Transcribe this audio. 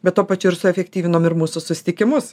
bet tuo pačiu ir suefektyvinom ir mūsų susitikimus